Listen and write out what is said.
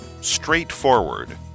Straightforward